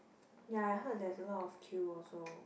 ya I heard there's a lot of queue also